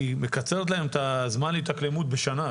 מקצרת להם את זמן ההתאקלמות בשנה.